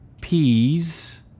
peas